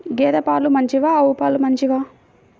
గేద పాలు మంచివా ఆవు పాలు మంచివా?